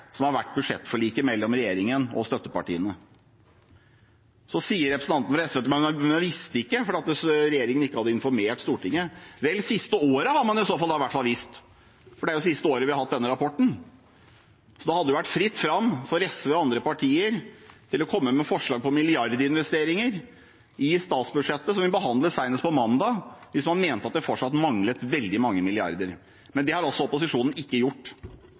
som har vært budsjettforliket mellom regjeringen og støttepartiene. Så sier representanten fra SV til meg at man visste ikke fordi regjeringen ikke hadde informert Stortinget. Vel, det siste året har man i så fall visst, for det er det siste året vi har hatt denne rapporten. Så da hadde det vært fritt fram for SV og andre partier til å komme med forslag om milliardinvesteringer i statsbudsjettet som vi behandlet senest på mandag, hvis man mente at det fortsatt manglet veldig mange milliarder. Men det har altså opposisjonen ikke gjort.